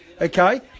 Okay